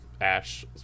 Ash